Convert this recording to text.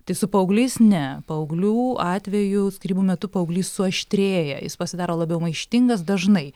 tai su paaugliais ne paauglių atveju skyrybų metu paauglys suaštrėja jis pasidaro labiau maištingas dažnai